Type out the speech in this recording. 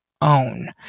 own